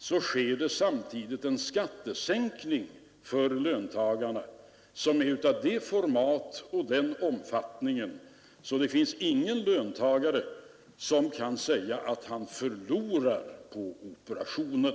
sker samtidigt en skattesänkning för löntagarna — som är av det formatet och den omfattningen att det inte finns någon löntagare som kan säga att han förlorar på operationen.